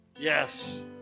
Yes